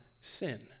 sin